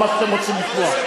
לא מה שאתם רוצים לשמוע.